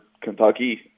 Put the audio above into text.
Kentucky